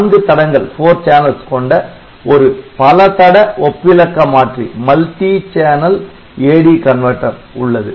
நான்கு தடங்கள் கொண்ட ஒரு பல தட ஒப்பிலக்க மாற்றி Multichannel AD Converter உள்ளது